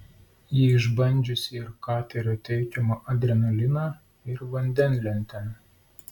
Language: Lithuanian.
ji išbandžiusi ir katerio teikiamą adrenaliną ir vandenlentę